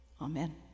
Amen